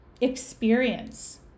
experience